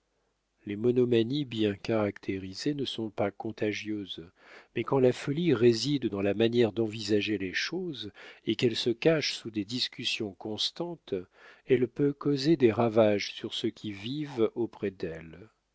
les monomanies bien caractérisées ne sont pas contagieuses mais quand la folie réside dans la manière d'envisager les choses et qu'elle se cache sous des discussions constantes elle peut causer des ravages sur ceux qui vivent auprès d'elle